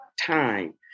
time